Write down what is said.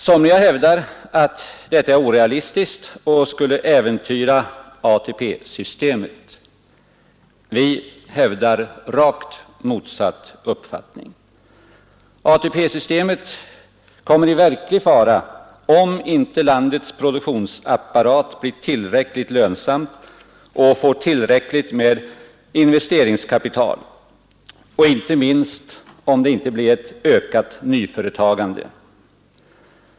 Somliga hävdar att detta är orealistiskt och att det skulle äventyra ATP-systemet. Vi hävdar rakt motsatt uppfattning. ATP-systemet kommer i verklig fara om inte landets produktionsapparat blir tillräckligt lönsam och får tillräckligt med investeringskapital samt, inte minst, om det inte blir ett ökat nyföretagande.